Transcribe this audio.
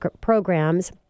programs